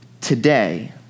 today